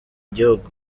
gihugu